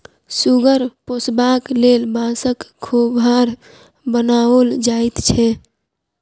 सुगर पोसबाक लेल बाँसक खोभार बनाओल जाइत छै